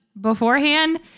beforehand